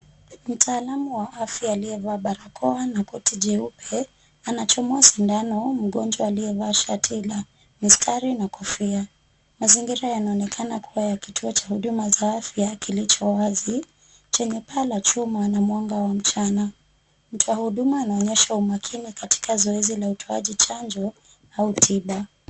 Mtaalamu wa afya aliyevaa barakoa na koti jeupe anachomoa sindano, mgonjwa aliyevaa shati la mistari na kofia. Mazingira yanaonekana kuwa kituo cha huduma za afya, kilicho wazi, chenye paa la chuma na mwanga wa mchana. Mtoa huduma anaonyesha umakini katika zoezi la utoaji chanjo au tiba.